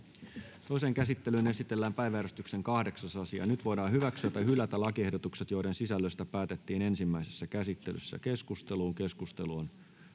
Toiseen käsittelyyn esitellään päiväjärjestyksen 7. asia. Nyt voidaan hyväksyä tai hylätä lakiehdotukset, joiden sisällöstä päätettiin ensimmäisessä käsittelyssä. Keskusteluun. — Edustaja